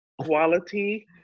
Quality